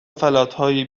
فلاتهای